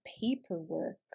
paperwork